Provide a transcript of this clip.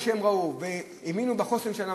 כמו שהם ראו והאמינו בחוסן שלנו,